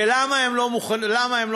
ולמה הם לא מופעלים?